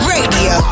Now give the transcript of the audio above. Radio